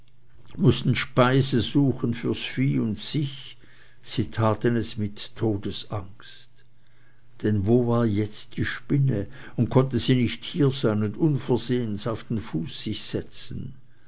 mußten speise suchen fürs vieh und sich sie taten es mit todesangst denn wo war jetzt die spinne und konnte sie nicht hier sein und unversehens auf den fuß sich setzen